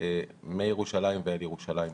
מירושלים ואל ירושלים.